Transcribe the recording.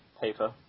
Paper